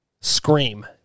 Scream